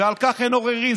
ועל כך אין עוררין.